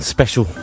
special